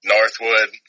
Northwood